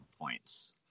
points